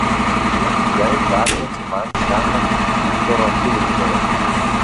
liepk jai perduoti man šiąnakt jį viktoro akivaizdoje